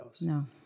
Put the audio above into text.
No